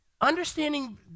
understanding